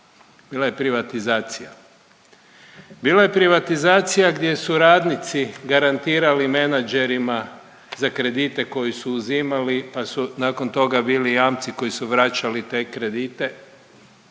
bila je privatizacija. Bila je privatizacija gdje su radnici garantirali menadžerima za kredite koje su uzimali, pa su nakon toga bili jamci koji su vraćali te kredite.